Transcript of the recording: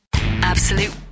Absolute